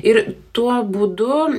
ir tuo būdu